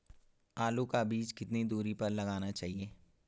आलू का बीज कितनी दूरी पर लगाना चाहिए?